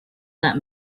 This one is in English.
that